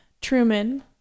Truman